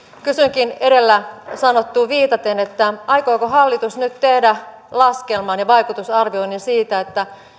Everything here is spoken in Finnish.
kysynkin edellä sanottuun viitaten aikooko hallitus nyt tehdä laskelman ja vaikutusarvioinnin siitä